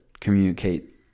communicate